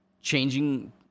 changing